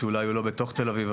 שאולי הוא לא בתוך תל אביב,